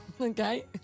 okay